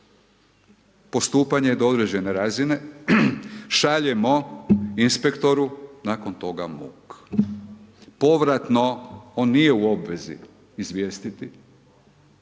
postupanje do određene razine šaljemo inspektoru, nakon toga muk. Povratno on nije u obvezi izvijestiti,